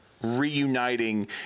Reuniting